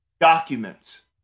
documents